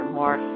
more